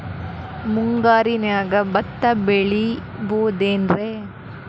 ಮುಂಗಾರಿನ್ಯಾಗ ಭತ್ತ ಬೆಳಿಬೊದೇನ್ರೇ?